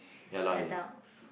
adults